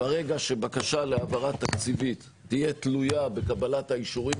ברגע שבקשה להעברת תקציבית תהיה תלויה בקבלת האישורים